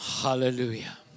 Hallelujah